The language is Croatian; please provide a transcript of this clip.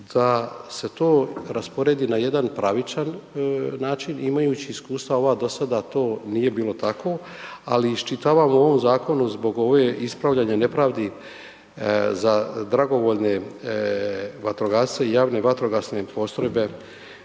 da se to rasporedi na jedan pravičan način imajući iskustva ova dosada da to nije bilo tako, ali iščitavam u ovom zakonu zbog ove ispravljanja nepravdi za dragovoljne vatrogasce i javne vatrogasne postrojbe